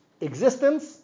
existence